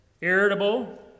irritable